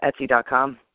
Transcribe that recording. etsy.com